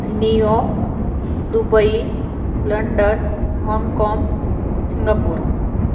New York Dubai London Hong Kong Singapore